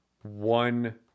one